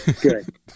Good